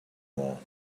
more